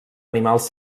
animals